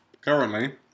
Currently